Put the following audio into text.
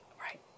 Right